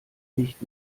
nicht